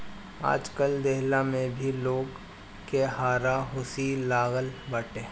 आजकल कर देहला में भी लोग के हारा हुसी लागल बाटे